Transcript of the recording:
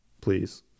Please